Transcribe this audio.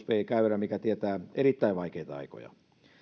käyrä mikä tietää erittäin vaikeita aikoja